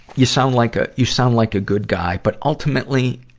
you sound like a, you sound like a good guy. but ultimately,